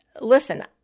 listen